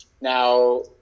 Now